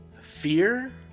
fear